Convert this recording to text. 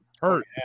Hurt